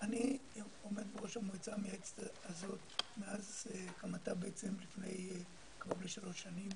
אני עומד בראש המועצה המייעצת הזאת מאז הקמתה לפני קרוב לשלוש שנים.